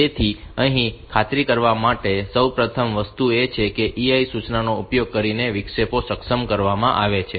તેથી અહીં ખાતરી કરવા માટેની પ્રથમ વસ્તુ એ છે કે EI સૂચનાનો ઉપયોગ કરીને વિક્ષેપો સક્ષમ કરવામાં આવે છે